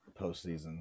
postseason